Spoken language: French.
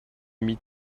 mis